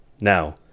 Now